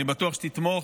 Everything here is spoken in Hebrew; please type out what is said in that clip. אני בטוח שתתמוך,